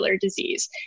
disease